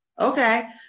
okay